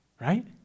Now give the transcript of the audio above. Right